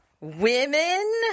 women